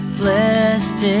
blessed